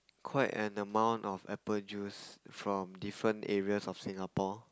quite an amount of apple juice from different areas of Singapore